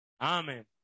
Amen